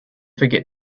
forget